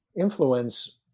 influence